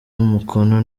umukono